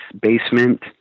basement